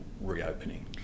reopening